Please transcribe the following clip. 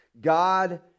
God